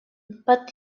but